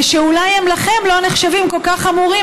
ושאולי לכם הם לא נחשבים כל כך חמורים,